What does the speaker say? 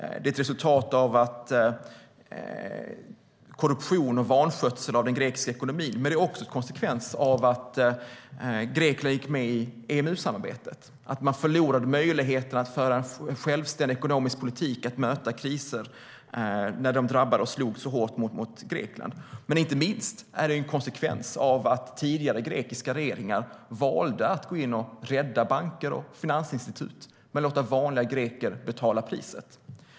Det är resultatet av korruption och av vanskötsel av den grekiska ekonomin, men det är också konsekvensen av att Grekland gick med i EMU-samarbetet. De förlorade möjligheten att föra en självständig ekonomisk politik för att möta kriser när dessa slog hårt mot Grekland. Inte minst är det en konsekvens av att tidigare grekiska regeringar valde att gå in och rädda banker och finansinstitut och lät vanliga greker betala priset.